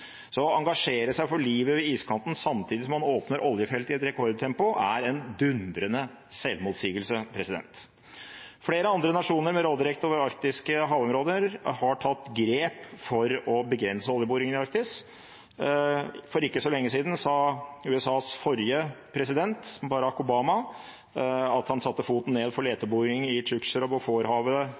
Så å engasjere seg for livet ved iskanten samtidig som man åpner oljefelt i et rekordtempo, er en dundrende selvmotsigelse. Flere andre nasjoner med råderett over arktiske havområder har tatt grep for å begrense oljeboringen i Arktis. For ikke så lenge siden sa USAs forrige president, Barack Obama, at han satte foten ned for leteboring i Chukchi- og